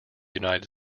united